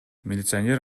милиционер